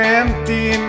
empty